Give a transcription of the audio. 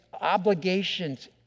obligations